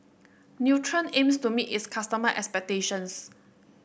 Nutren aims to meet its customer expectations